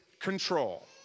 control